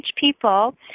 people